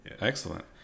excellent